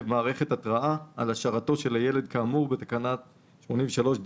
מערכת התרעה על השארתו של הילד כאמור בתקנה 83ד(ב)